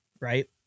right